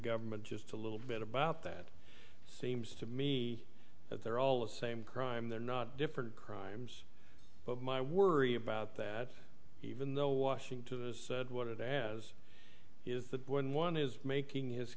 government just a little bit about that seems to me that they're all the same crime they're not different crimes but my worry about that even though washington what it has is that when one is making his